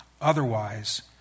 Otherwise